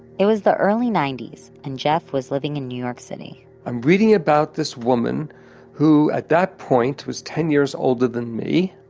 it was the early ninety s, and jeff was living in new york city i'm reading about this woman who at that point was ten years older than me,